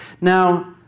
Now